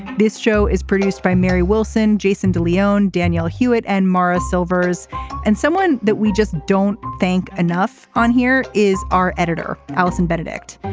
this show is produced by mary wilson jason de leone daniel hewett and maurice silvers and someone that we just don't think enough on here is our editor. allison benedict.